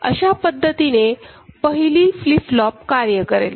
अशा पद्धतीने पहिली फ्लिप फ्लॉप कार्य करेल